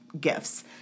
gifts